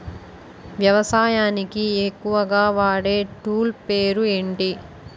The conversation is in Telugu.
వ్యవసాయానికి ఎక్కువుగా వాడే టూల్ పేరు ఏంటి?